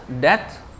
death